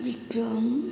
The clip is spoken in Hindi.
विक्रम